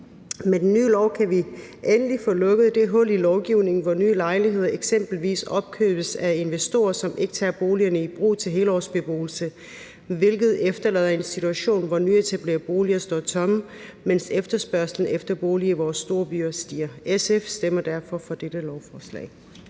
Med den nye lov kan vi endelig få lukket det her hul i lovgivningen, hvor nye lejligheder eksempelvis opkøbes af investorer, som ikke tager boligerne i brug til helårsbeboelse, hvilket efterlader en situation, hvor nyetablerede boliger står tomme, mens efterspørgslen efter boliger i vores storbyer stiger. SF stemmer derfor for dette lovforslag.